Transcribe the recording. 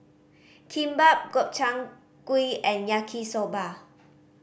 Kimbap Gobchang Gui and Yaki Soba